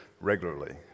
regularly